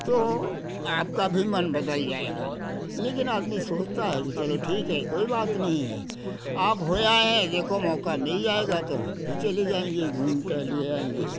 तो आपका भी मन बदल जाएगा लेकिन आदमी सोचता है कि चलो ठीक है कोई बात नहीं है आप होय आए हैं देखो मौका मिल जाएगा तो हम भी चले जाएंगे घूम टहल आएंगे